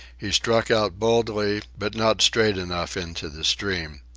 he struck out boldly, but not straight enough into the stream.